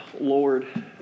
Lord